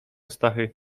stachy